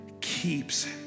keeps